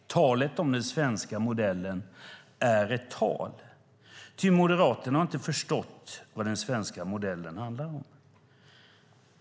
Talet om den svenska modellen är tal, ty Moderaterna har inte förstått vad den svenska modellen handlar om.